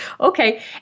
Okay